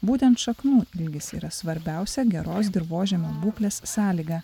būtent šaknų ilgis yra svarbiausia geros dirvožemio būklės sąlyga